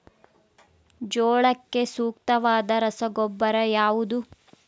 ಜೋಳಕ್ಕೆ ಸೂಕ್ತವಾದ ರಸಗೊಬ್ಬರ ಯಾವುದು?